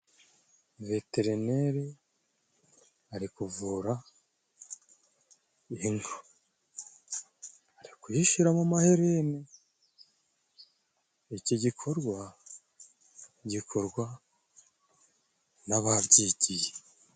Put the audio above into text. Veterineri ari kuvura inka. Ari kuyishyiramo amahereni. Iki gikorwa gikorwa n'ababyigiye.